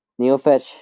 NeoFetch